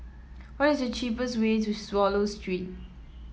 what is the cheapest way to Swallow Street